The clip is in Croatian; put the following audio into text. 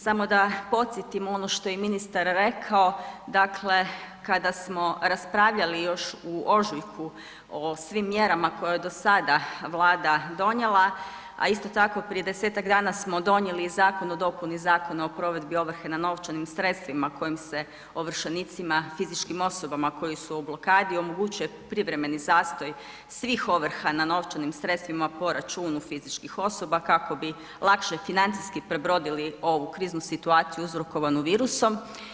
Samo da podsjetim ono što je i ministar rekao, dakle kada smo raspravljali još u ožujku o svim mjerama koje je do sada Vlada donijela, a isto tako prije desetak dana smo donijeli Zakon o dopuni Zakona o provedbi ovrhe na novčanim sredstvima kojim se ovršenicima fizičkim osobama koji su u blokadi omogućuje privremeni zastoj svih ovrha na novčanim sredstvima po računu fizičkih osoba kako bi lakše financijski prebrodili ovu kriznu situaciju uzrokovanu virusom.